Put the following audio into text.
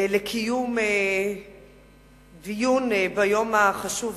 לקיים דיון ביום החשוב הזה,